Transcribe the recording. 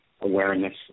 awareness